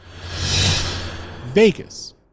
Vegas